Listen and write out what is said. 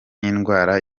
n’indwara